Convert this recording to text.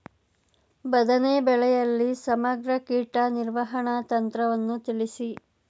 ಬದನೆ ಬೆಳೆಯಲ್ಲಿ ಸಮಗ್ರ ಕೀಟ ನಿರ್ವಹಣಾ ತಂತ್ರವನ್ನು ತಿಳಿಸಿ?